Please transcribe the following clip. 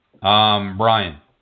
Brian